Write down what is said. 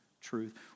truth